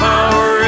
Power